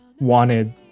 wanted